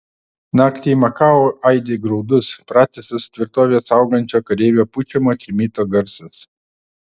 naktį makao aidi graudus pratisas tvirtovę saugančio kareivio pučiamo trimito garsas